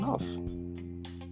enough